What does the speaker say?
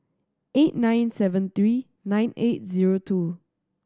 eight nine seven three nine eight zero two